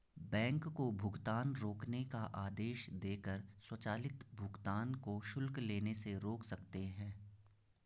bank को भुगतान रोकने का आदेश देकर स्वचालित भुगतान को शुल्क लेने से रोक सकते हैं